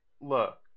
look